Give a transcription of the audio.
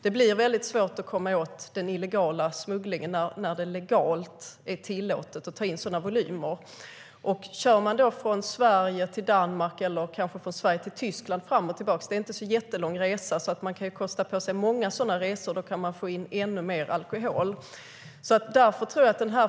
Det blir svårt att komma åt den illegala smugglingen när det är legalt att ta in så stora volymer. Att köra från Sverige till Danmark eller Tyskland fram och tillbaka är inte en jättelång resa. Man kan kosta på sig många sådana resor och få in ännu mer alkohol.